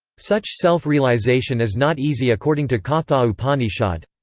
such self-realization is not easy according to katha upanishad,